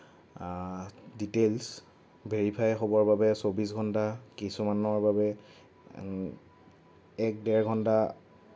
details verify হ'বৰ বাবে চৌব্বিছ ঘণ্টা কিছুমানৰ বাবে এক দেৰ ঘণ্টা